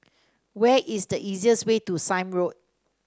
where is the easiest way to Sime Road